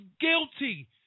guilty